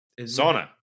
Sauna